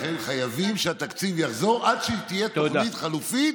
לכן חייבים שהתקציב יחזור עד שתהיה תוכנית חלופית.